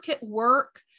work